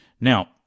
Now